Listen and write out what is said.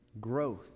Growth